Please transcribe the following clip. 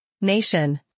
nation